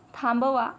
थांबवा